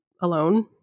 alone